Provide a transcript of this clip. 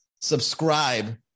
subscribe